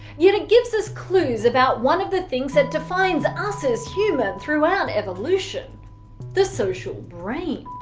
yet it gives us clues about one of the things that defines us as human throughout evolution the social brain.